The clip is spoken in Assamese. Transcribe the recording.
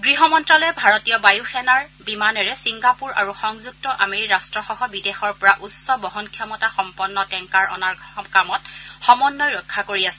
গৃহ মন্ত্যালয়ে ভাৰতীয় বায়ুসেনাৰ বিমানেৰে ছিংগাপুৰ আৰু সংযুক্ত আমেৰি ৰট্টসহ বিদেশৰ পৰা উচ্চ বহনক্ষমতা সম্পন্ন টেংকাৰ অনাৰ কামত সমন্বয় ৰক্ষা কৰি আছে